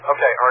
Okay